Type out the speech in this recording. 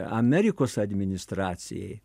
amerikos administracijai